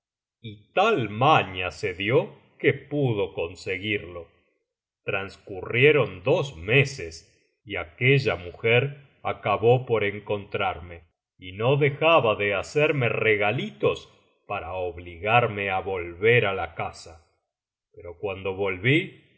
y tai maña se dio que pudo conseguirlo transcurrieron dos meses y aquella mujer acabó por encontrarme y no dejaba de hacerme regalitos para obligarme á volver á la casa pero cuando volví no